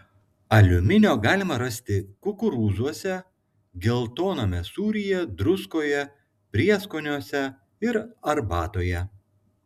aliuminio galima rasti kukurūzuose geltoname sūryje druskoje prieskoniuose ir arbatoje